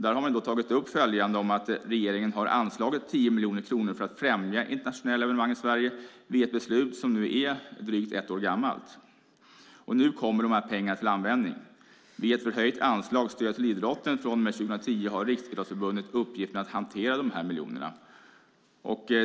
Där har man även tagit upp att regeringen anslagit 10 miljoner kronor för att främja internationella evenemang i Sverige via ett beslut som nu är drygt ett år gammalt. Nu kommer pengarna till användning. Via ett förhöjt anslag för stöd till idrotten har Riksidrottsförbundet från och med 2010 uppgiften att hantera de här miljonerna.